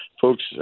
folks